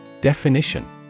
Definition